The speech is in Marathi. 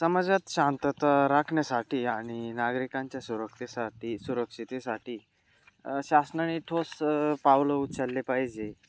समाजात शांतता राखण्यासाठी आणि नागरिकांच्या सुरक्षिततेसाठी सुरक्षिततेसाठी शासनाने ठोस पावलं उचलले पाहिजे